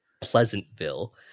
Pleasantville